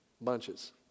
Bunches